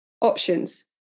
options